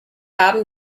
haben